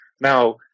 Now